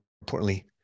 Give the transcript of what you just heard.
importantly